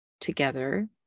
together